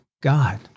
God